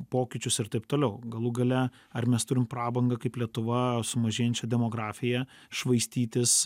pokyčius ir taip toliau galų gale ar mes turim prabangą kaip lietuva su mažėjančia demografija švaistytis